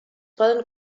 poden